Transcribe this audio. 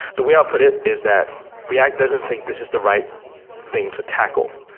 the way i put it is that react doesn't think this is the right thing to tackle.